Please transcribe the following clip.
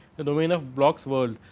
the domain of blocks world.